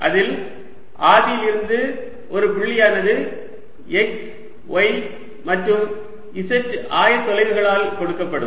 அதில் ஆதியிலிருந்து ஒரு புள்ளியானது x y மற்றும் z ஆயத்தொலைவுகளால் கொடுக்கப்படும்